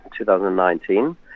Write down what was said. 2019